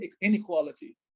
inequality